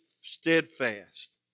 steadfast